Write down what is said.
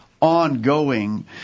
ongoing